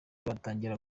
batangiye